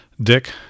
Dick